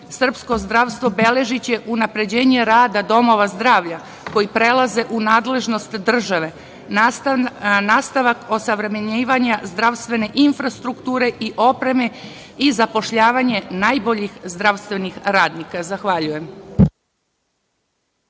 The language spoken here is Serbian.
srpsko zdravstvo beležiće unapređenje rada domova zdravlja koji prelaze u nadležnost države, nastavak osavremenjivanja zdravstvene infrastrukture i opreme i zapošljavanje najboljih zdravstvenih radnika. Zahvaljujem.